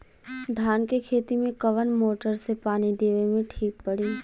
धान के खेती मे कवन मोटर से पानी देवे मे ठीक पड़ी?